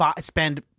spend